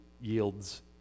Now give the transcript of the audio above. yields